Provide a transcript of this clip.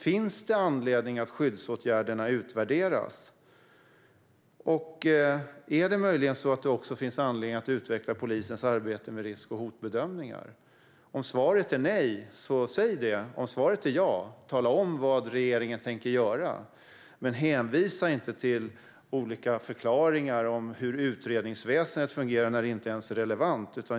Finns det anledning att utvärdera skyddsåtgärderna? Är det möjligen så att det också finns anledning att utveckla polisens arbete med risk och hotbedömningar? Om svaret är nej, säg det. Om svaret är ja, tala om vad regeringen tänker göra. Men hänvisa inte till olika förklaringar om hur utredningsväsendet fungerar när det inte ens är relevant.